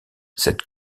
cette